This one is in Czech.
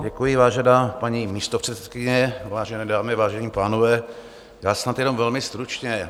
Děkuji, vážená paní místopředsedkyně, vážené dámy, vážení pánové, já snad jenom velmi stručně.